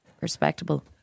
Respectable